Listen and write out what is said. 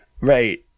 Right